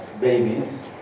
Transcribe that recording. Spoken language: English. babies